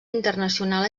internacional